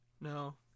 no